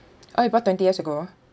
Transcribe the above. oh you bought twenty years ago